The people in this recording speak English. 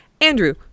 Andrew